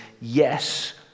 yes